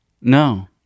No